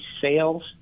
sales